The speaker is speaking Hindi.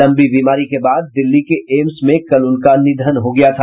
लंबी बीमारी के बाद दिल्ली के एम्स में कल उनका निधन हो गया था